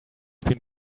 been